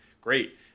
great